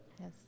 Yes